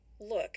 Look